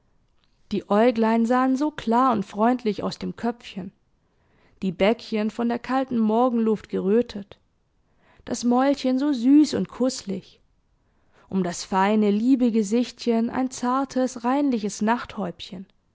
die äuglein sahen so klar und freundlich aus dem köpfchen die bäckchen von der kalten morgenluft gerötet das mäulchen so süß und kußlich um das feine liebe gesichtchen ein zartes reinliches